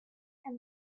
and